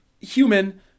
human